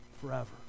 forever